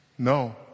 No